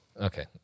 Okay